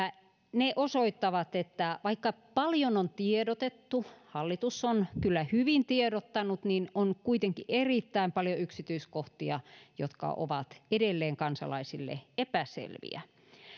ne osoittavat että vaikka paljon on tiedotettu hallitus on kyllä hyvin tiedottanut niin on kuitenkin erittäin paljon yksityiskohtia jotka ovat edelleen kansalaisille epäselviä